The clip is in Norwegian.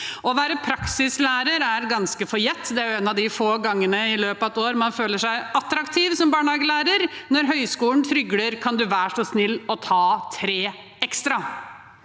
Å være praksislærer er ganske forjettet. En av de få gangene i løpet av et år man føler seg attraktiv som barnehagelærer, er når høgskolen trygler: Kan du være så snill å ta tre ekstra?